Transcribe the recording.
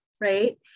right